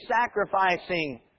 sacrificing